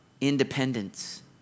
independence